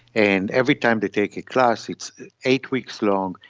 and every time they take a class it's eight weeks long,